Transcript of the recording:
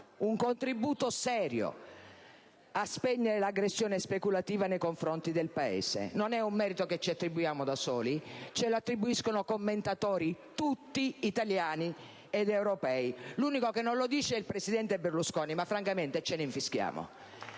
un contributo serio a spegnere l'aggressione speculativa nei confronti del Paese. Non è un merito che ci attribuiamo da soli, ma che ci riconoscono commentatori italiani ed europei. L'unico che non lo dice è il presidente Berlusconi, ma francamente ce ne infischiamo.